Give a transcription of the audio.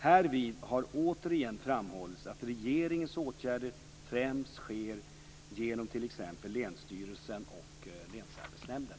Härvid har återigen framhållits att regeringens åtgärder främst sker genom t.ex. länsstyrelsen och länsarbetsnämnden.